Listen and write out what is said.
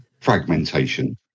Fragmentation